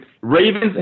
Ravens